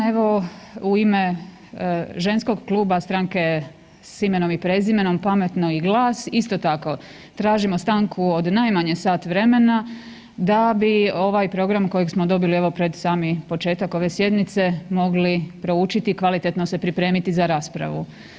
Evo, u ime ženskog kluba Stranke s imenom i prezimenom, Pametno i GLAS, isto tako, tražimo stanku od najmanje sat vremena da bi ovaj program kojeg smo dobili evo pred sami početak ove sjednice mogli proučiti i kvalitetno se pripremiti za raspravu.